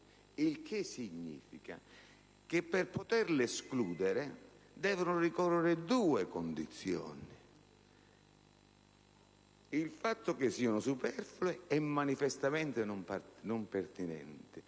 Ciò significa che, per poterle escludere, devono ricorrere due condizioni: il fatto che siano superflue e manifestamente non pertinenti.